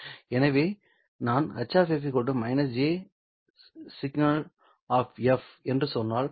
எனவே நான் H j sgn என்று சொன்னால்